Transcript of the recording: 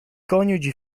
coniugi